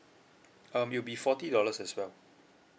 um it'll be forty dollars as well